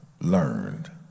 learned